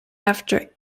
after